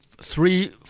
three